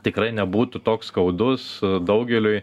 tikrai nebūtų toks skaudus daugeliui